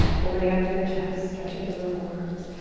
opening up through the chest, stretching through the forearms,